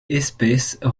espèces